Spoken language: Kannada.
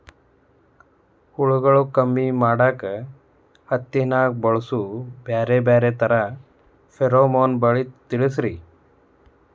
ಹುಳುಗಳು ಕಮ್ಮಿ ಮಾಡಾಕ ಹತ್ತಿನ್ಯಾಗ ಬಳಸು ಬ್ಯಾರೆ ಬ್ಯಾರೆ ತರಾ ಫೆರೋಮೋನ್ ಬಲಿ ತಿಳಸ್ರಿ